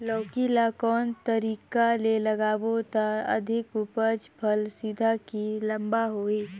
लौकी ल कौन तरीका ले लगाबो त अधिक उपज फल सीधा की लम्बा होही?